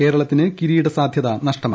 കേരളത്തിന് കീരിട സാധ്യത നഷ്ടമായി